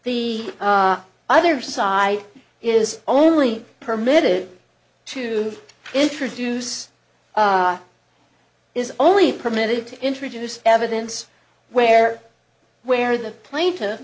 the other side is only permitted to introduce is only permitted to introduce evidence where where the plane to